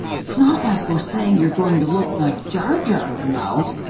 it's not like we're saying you're going to look like jar jar, you know?